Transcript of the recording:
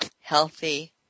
healthy